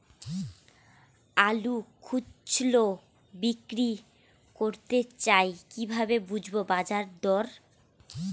আলু খুচরো বিক্রি করতে চাই কিভাবে বুঝবো বাজার দর?